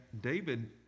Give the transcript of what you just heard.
David